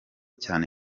cyane